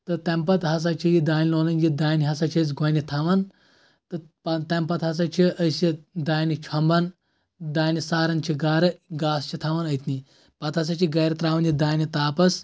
تہٕ تَمہِ پَتہٕ ہسا چھِ یہِ دانہِ لونان یہِ دانہِ ہسا چھِ أسۍ گۄڈٕنیتھ تھاوان تہٕ تَمہِ پَتہٕ ہسا چھِ أسۍ یہِ دانہِ چھۄمبان دانہِ ساران چھِ گرٕگاسہٕ چھِ تھاوان أتنی پَتہٕ ہسا چھِ یہِ گرِ تراوان یہِ دانہِ تاپس